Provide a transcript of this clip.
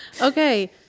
Okay